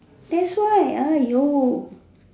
that's why !aiyo!